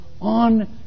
on